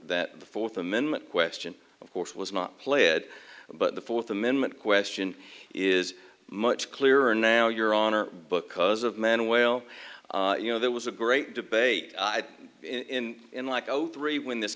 that the fourth amendment question of course was not play it but the fourth amendment question is much clearer now your honor book cause of man well you know there was a great debate in in like zero three when this